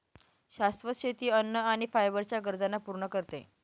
शाश्वत शेती अन्न आणि फायबर च्या गरजांना पूर्ण करते